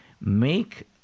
make